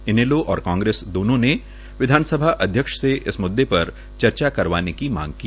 इनेलो और कांग्रेस दोनों ने विधानसभा अध्यक्ष से इस मुददे पर चर्चा करवाने की मांग की